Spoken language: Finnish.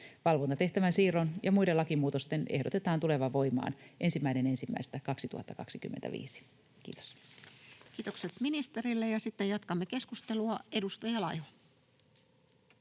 Valvontatehtävän siirron ja muiden lakimuutosten ehdotetaan tulevan voimaan 1.1.2025. — Kiitos. Kiitokset ministerille. — Ja sitten jatkamme keskustelua. Edustaja Laiho.